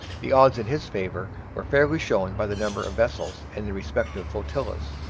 the odds in his favour were fairly shown by the number of vessels in the respective flotillas,